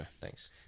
Thanks